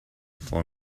for